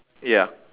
ya